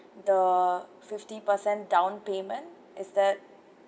the fifty percent down payment is that